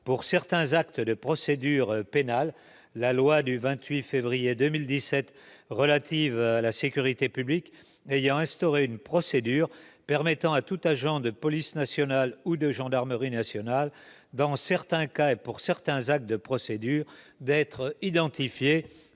pour certains actes de procédure pénale. En effet, la loi du 28 février 2017 relative à la sécurité publique a instauré une procédure permettant à tout agent de police ou de gendarmerie nationale, dans certains cas et pour certains actes de procédure, d'être identifié